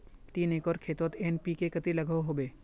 तीन एकर खेतोत एन.पी.के कतेरी लागोहो होबे?